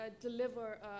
deliver